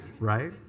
Right